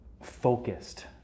focused